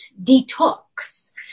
detox